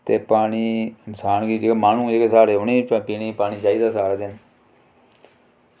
ते पानी इन्सान गी केह् माह्नूं न जेह्ड़े साढ़े पानी पीने गी चाहिदा सारा दिन